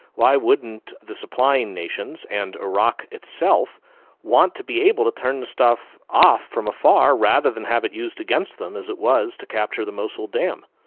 why wouldn't the supplying nations and iraq itself want to be able to turn stuff off from afar rather than have it used against them, as it was, to capture the mosul dam.